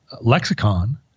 lexicon